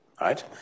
Right